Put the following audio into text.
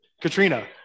Katrina